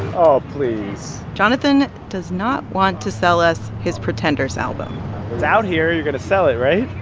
oh, please jonathan does not want to sell us his pretenders album it's out here. you're going to sell it, right?